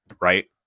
right